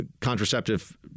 contraceptive